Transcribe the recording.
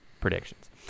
predictions